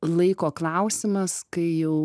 laiko klausimas kai jau